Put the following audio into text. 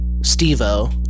steve-o